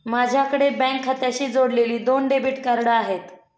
माझ्याकडे बँक खात्याशी जोडलेली दोन डेबिट कार्ड आहेत